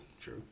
true